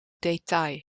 detail